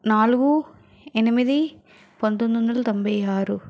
నాలుగు ఎనిమిది పంతొమ్మిది వందల తొంభై ఆరు